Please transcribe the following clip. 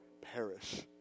perish